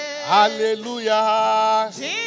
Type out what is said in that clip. Hallelujah